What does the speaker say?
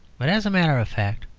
but, as a matter of fact,